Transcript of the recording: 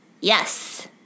Yes